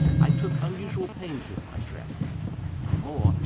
i took unusual pains with my dress and more,